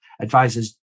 advisors